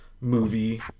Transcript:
movie